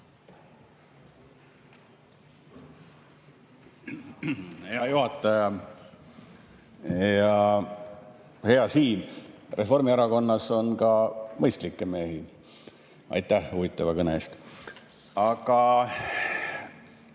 Hea juhataja! Ja hea Siim! Reformierakonnas on ka mõistlikke mehi. Aitäh huvitava kõne eest! Ma